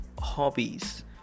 hobbies